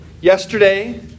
yesterday